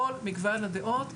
כל מגוון הדעות,